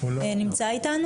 נמצא איתנו?